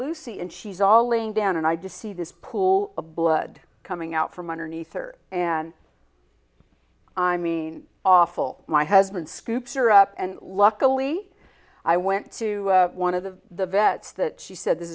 lucy and she's all laying down and i just see this pool of blood coming out from underneath her and i mean awful my husband scooped her up and luckily i went to one of the the vets that she said this